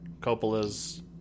Coppola's